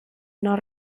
not